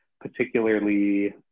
particularly